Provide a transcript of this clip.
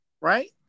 right